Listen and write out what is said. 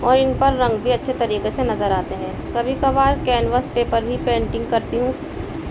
اور ان پر رنگ بھی اچھے طریقے سے نظر آتے ہیں کبھی کبھار کیینوس پیپر بھی پینٹنگ کرتی ہوں